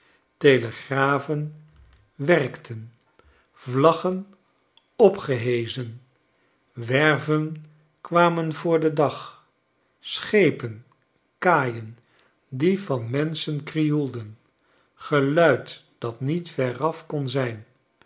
telegrafen werkten vlaggen opgeheschen werven kwamen voor den dag schepen kaaien die van menschen krioelden geluid dat niet veraf kon zijn